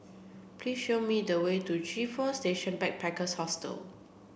please show me the way to G Four Station Backpackers Hostel